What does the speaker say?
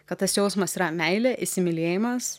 kad tas jausmas yra meilė įsimylėjimas